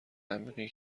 عمیقی